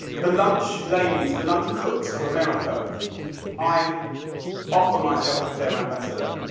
the lunch ladies, the lunch cooks of america i offer myself as their ambassador.